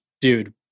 dude